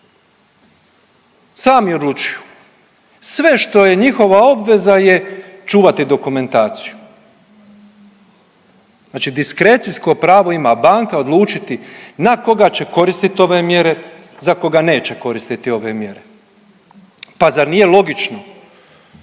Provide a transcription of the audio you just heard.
Sami odlučuju. Sve što je njihova obveza je čuvati dokumentaciju. Znači diskrecijsko pravo ima banka odlučiti na koga će koristit ove mjere, za koga neće koristiti ove mjere. Pa zar nije logično,